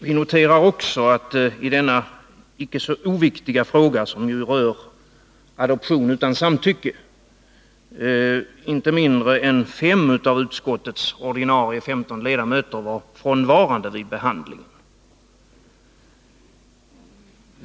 Vi noterar också att vid utskottsbehandlingen av denna icke oviktiga fråga, som ju rör adoption utan samtycke, var inte mindre än fem av utskottets femton ordinarie ledamöter frånvarande.